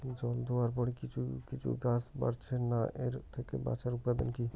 জল দেওয়ার পরে কিছু কিছু গাছ বাড়ছে না এর থেকে বাঁচার উপাদান কী?